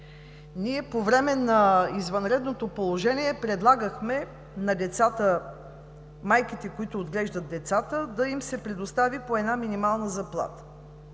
Ние по време на извънредното положение предлагахме на майките, които отглеждат децата, да им се предостави по една минимална заплата.